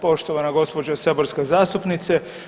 Poštovana gospođo saborska zastupnice.